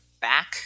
back